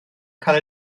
cael